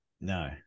no